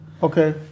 Okay